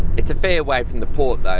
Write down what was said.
it's a fair way from the port, though?